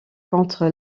contre